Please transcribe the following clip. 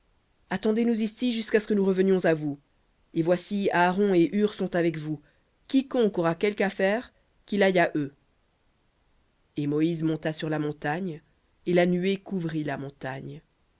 attendez nous ici jusqu'à ce que nous revenions à vous et voici aaron et hur sont avec vous quiconque aura quelque affaire qu'il aille à eux et moïse monta sur la montagne et la nuée couvrit la montagne